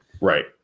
Right